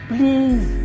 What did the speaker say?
Please